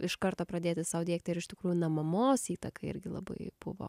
iš karto pradėti sau diegti ir iš tikrųjų na mamos įtaka irgi labai buvo